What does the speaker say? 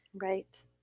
Right